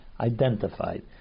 identified